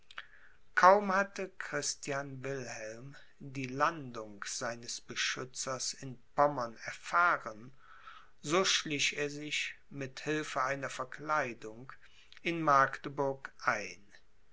kaum hatte christian wilhelm die landung seines beschützers in pommern erfahren so schlich er sich mit hilfe einer verkleidung in magdeburg ein